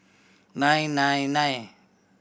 nine nine nine